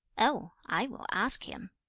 oh! i will ask him